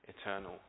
eternal